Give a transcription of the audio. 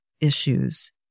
issues